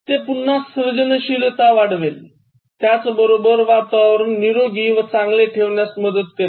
ते पुन्हा सर्जनशीलता वाढवेल त्याचबरोबर वातावरण निरोगी व चांगले ठेण्यास मदत करेल